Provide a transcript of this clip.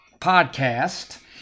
podcast